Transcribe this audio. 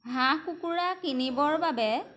হাঁহ কুকুৰা কিনিবৰ বাবে